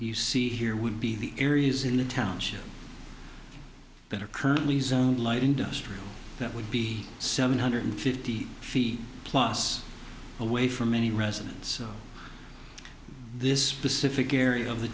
see here would be the areas in the township that are currently zone light industrial that would be seven hundred fifty feet plus away from any residence so this pacific area of the